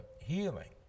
healing